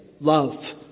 Love